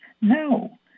No